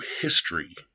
history